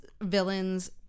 villains